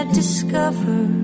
discover